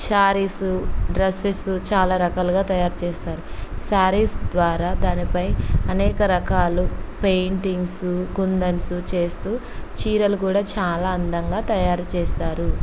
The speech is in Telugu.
సారిస్ డ్రెస్సెస్ చాలా రకాలుగా తయారు చేస్తారు సారీస్ ద్వారా దానిపై అనేక రకాల పెయింటింగ్సు కుందన్స్ చేస్తూ చీరలు కూడా చాలా అందంగా తయారు చేస్తారు